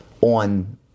On